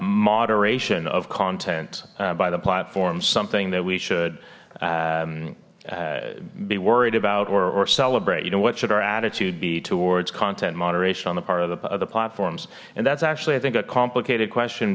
moderation of content by the platforms something that we should be worried about or celebrate you know what should our attitude be towards content moderation on the part of the other platforms and that's actually i think a complicated question